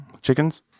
Chickens